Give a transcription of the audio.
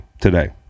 today